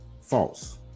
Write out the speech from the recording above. false